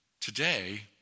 today